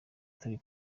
turi